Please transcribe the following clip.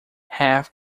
half